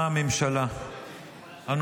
הממשלה לקריאה השנייה ולקריאה השלישית.